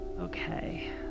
Okay